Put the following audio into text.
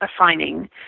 assigning